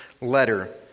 letter